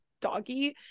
doggy